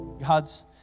God's